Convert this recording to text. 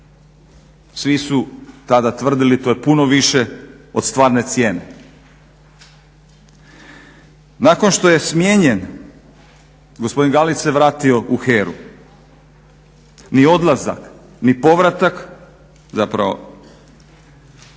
Svi su tada tvrdili to je puno više od stvarne cijene. Nakon što je smijenjen gospodin Galić se vratio u HERA-u. Ni odlazak ni povratak, zapravo